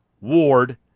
Ward